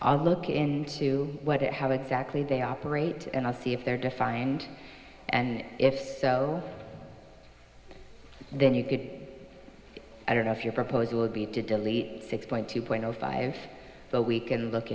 i'll look into what it how exactly they operate and i'll see if they're defined and if so then you get i don't know if your proposal would be to delete six point two point zero five but we can look